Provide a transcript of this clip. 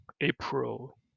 april